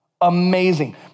Amazing